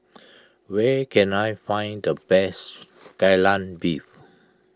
where can I find the best Kai Lan Beef